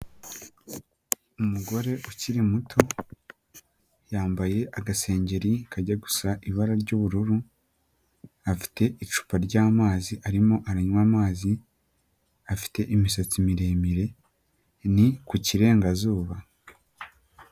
Umugore ukiri muto yambaye agasengeri kajya gusa ibara ry'ubururu, afite icupa ry'amazi arimo aranywa amazi, afite imisatsi miremire ni ku kirengazuba.